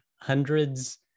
hundreds